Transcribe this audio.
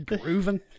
grooving